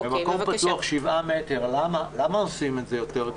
המקום פתוח, שבעה מטר, למה עושים את זה יותר קשה?